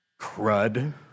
crud